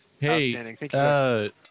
Hey